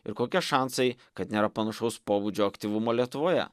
ir kokie šansai kad nėra panašaus pobūdžio aktyvumo lietuvoje